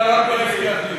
הבטיח לי.